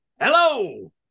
hello